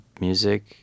music